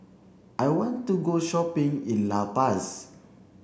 I want to go shopping in La Paz